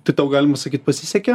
tai tau galima sakyt pasisekė